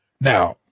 Now